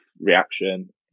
reaction